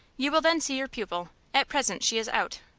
you will then see your pupil. at present she is out.